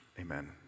amen